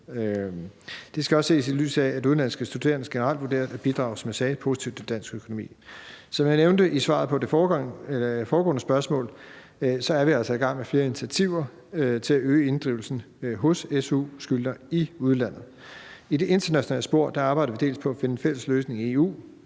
Det skal også ses, i lyset af at udenlandske studerende generelt vurderes til at bidrage, som jeg sagde, positivt til dansk økonomi. Som jeg nævnte i svaret på det foregående spørgsmål, er vi altså i gang med flere initiativer til at øge inddrivelsen hos su-skyldnere i udlandet. I det internationale spor arbejder vi dels på at finde en fælles løsning i EU,